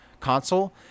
console